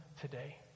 today